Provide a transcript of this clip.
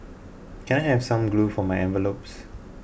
can I have some glue for my envelopes